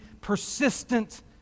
persistent